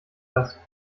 das